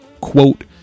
quote